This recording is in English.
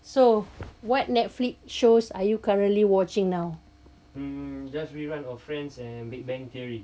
so what netflix shows are you currently watching now